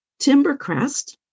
Timbercrest